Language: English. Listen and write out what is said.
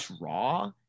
raw